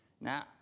Now